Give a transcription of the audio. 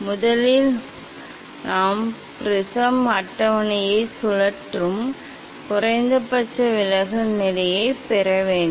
முதலில் நாம் ப்ரிஸம் அட்டவணையைச் சுழற்றும் குறைந்தபட்ச விலகல் நிலையைப் பெற வேண்டும்